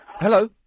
Hello